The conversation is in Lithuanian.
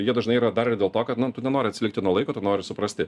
jie dažnai yra dar ir dėl to kad na tu nenori atsilikti nuo laiko tu nori suprasti